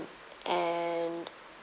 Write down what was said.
and